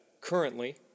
currently